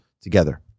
together